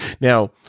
Now